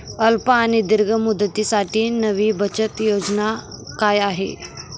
अल्प आणि दीर्घ मुदतीसाठी नवी बचत योजना काय आहे?